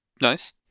Nice